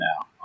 now